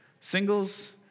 Singles